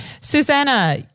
Susanna